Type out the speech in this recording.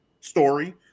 story